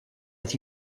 with